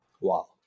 Wow